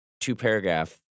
two-paragraph